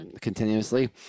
continuously